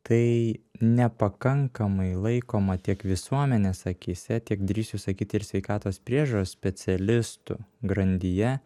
tai nepakankamai laikoma tiek visuomenės akyse tiek drįsčiau sakyti ir sveikatos priežiūros specialistų grandyje